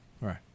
Right